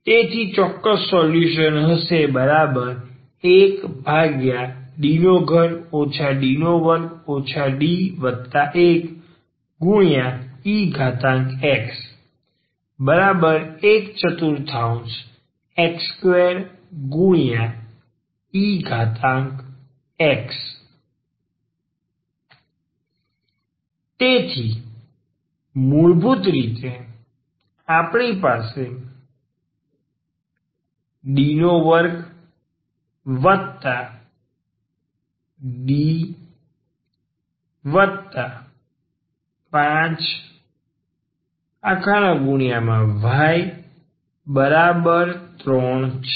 તેથી ચોક્કસ સોલ્યુશન હશે 1D3 D2 D1ex 14x2ex તેથી મૂળભૂત રીતે આપણી પાસે D2D5y3 છે